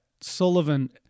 Sullivan